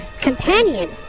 Companion